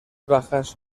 bajas